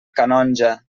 canonja